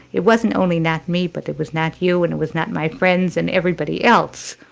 it wasn't only not me but it was not you and it was not my friends and everybody else.